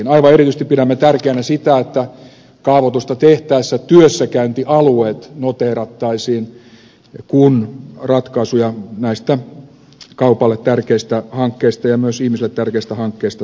aivan erityisesti pidämme tärkeänä sitä että kaavoitusta tehtäessä työssäkäyntialueet noteerattaisiin kun ratkaisuja näistä kaupalle tärkeistä hankkeista ja myös ihmisille tärkeistä hankkeista tehdään